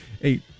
Hey